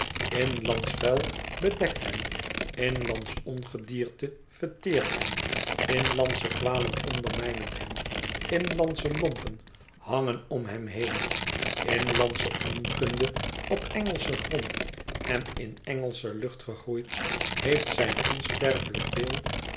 bedekt hem inlandsch ongedierte verteert hem inlandsche kwalen ondermijnen hem inlandsche lompen hangen om hem heen inlandsche onkunde op engelschen grond en in engelsche lucht gegroeid heeft zijn onsterfelijk deel